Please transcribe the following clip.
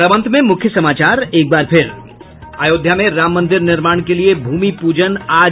और अब अंत में मुख्य समाचार अयोध्या में राम मंदिर निर्माण के लिए भूमि पूजन आज